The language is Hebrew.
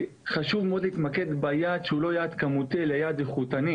חשוב מאד להתמקד ביעד שהוא לא יעד כמותי אלא יעד איכותני,